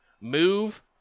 move